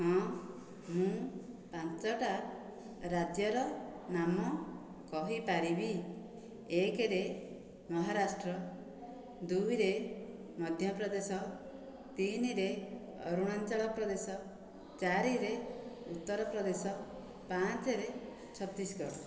ହଁ ମୁଁ ପାଞ୍ଚଟା ରାଜ୍ୟର ନାମ କହିପାରିବି ଏକରେ ମହାରାଷ୍ଟ୍ର ଦୁଇରେ ମଧ୍ୟପ୍ରଦେଶ ତିନିରେ ଅରୁଣାଞ୍ଚଳପ୍ରଦେଶ ଚାରିରେ ଉତ୍ତରପ୍ରଦେଶ ପାଞ୍ଚରେ ଛତିଶଗଡ଼